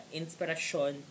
inspiration